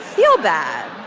feel bad.